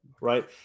right